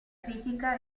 critica